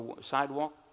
sidewalk